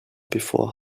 before